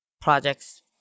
projects